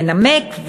ינמק,